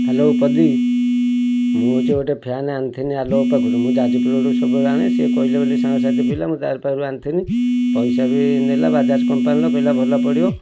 hello ପଦୀ ମୁଁ ହେଉଛି ଗୋଟେ ଫ୍ୟାନ୍ ଆଣିଥିନି ଆଲୋକ ପାଖରୁ ମୁଁ ଯାଜପୁରରୁ ସବୁବେଳେ ଆଣେ ସେ କହିଲା ବୋଲି ସାଙ୍ଗ ସାଥୀ ପିଲା ମୁଁ ତାରି ପାଖରୁ ଆଣିଥିନି ପଇସା ବି ନେଲା ବାଜାଜ୍ କମ୍ପାନୀର କହିଲା ଭଲ ପଡ଼ିବ